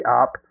up